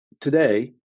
today